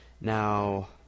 Now